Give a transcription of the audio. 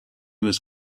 was